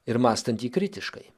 ir mąstantį kritiškai